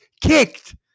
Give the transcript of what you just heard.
kicked